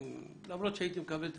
למרות שהייתי מקבל את